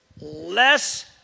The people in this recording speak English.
Less